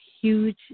huge